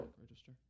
Register